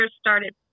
started